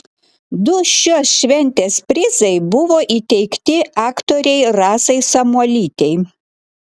du šios šventės prizai buvo įteikti aktorei rasai samuolytei